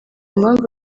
impamvu